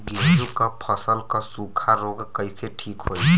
गेहूँक फसल क सूखा ऱोग कईसे ठीक होई?